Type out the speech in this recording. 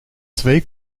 twee